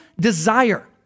desire